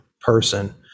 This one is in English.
person